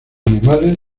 animales